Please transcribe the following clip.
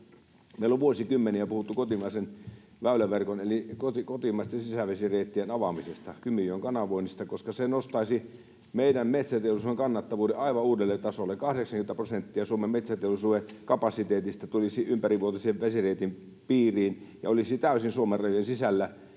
meillä on vuosikymmeniä puhuttu kotimaisen väyläverkon eli kotimaisten sisävesireittien avaamisesta, Kymijoen kanavoinnista, koska se nostaisi meidän metsäteollisuuden kannattavuuden aivan uudelle tasolle. 80 prosenttia Suomen metsäteollisuuden kapasiteetista tulisi ympärivuotisen vesireitin piiriin, joka olisi täysin Suomen rajojen sisällä.